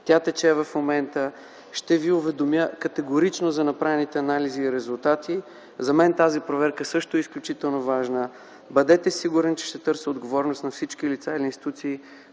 Тя тече в момента. Ще Ви уведомя категорично за направените анализи и резултати. За мен тази проверка също е изключително важна. Бъдете сигурен, че ще търся отговорност на всички лица или институции.